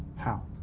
how?